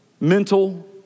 mental